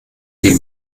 die